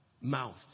mouth